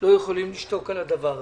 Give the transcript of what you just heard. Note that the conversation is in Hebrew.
לא יכולים לשתוק על הדבר.